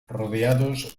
rodeados